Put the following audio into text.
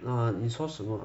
err 你说什么